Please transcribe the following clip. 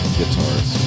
guitars